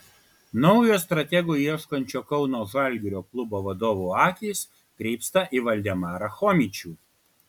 naujo stratego ieškančio kauno žalgirio klubo vadovų akys krypsta į valdemarą chomičių